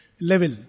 level